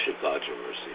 controversy